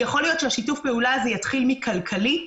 יכול להיות שהשיתוף פעולה הזה יתחיל מכלכלי,